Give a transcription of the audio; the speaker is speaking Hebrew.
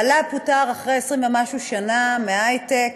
בעלה פוטר אחרי 20 ומשהו שנה מהייטק,